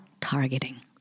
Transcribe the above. targeting